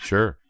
Sure